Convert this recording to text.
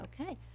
Okay